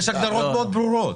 לא, יש הגדרות מאוד ברורות.